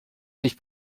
sich